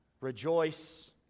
Rejoice